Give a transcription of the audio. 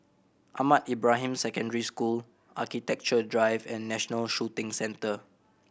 Ahmad Ibrahim Secondary School Architecture Drive and National Shooting Centre